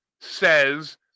says